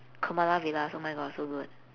kamala villas oh my god so good